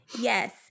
Yes